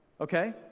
Okay